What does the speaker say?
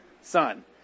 son